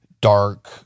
dark